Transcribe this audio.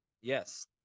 Yes